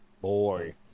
Boy